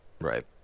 Right